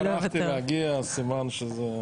אם טרחתי להגיע, סימן שזה חשוב לי.